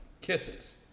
Kisses